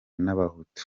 n’abahutu